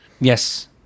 Yes